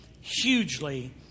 hugely